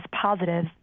positive